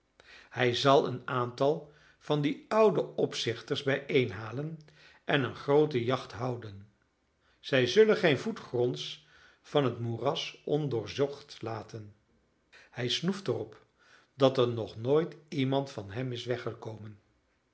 hij zal een aantal van die oude opzichters bijeenhalen en eene groote jacht houden zij zullen geen voet gronds van het moeras ondoorzocht laten hij snoeft er op dat er nog nooit iemand van hem is weggekomen